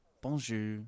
Bonjour